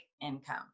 income